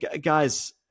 guys